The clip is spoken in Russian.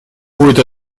будет